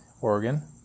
Oregon